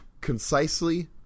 concisely